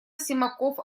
симаков